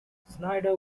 snyder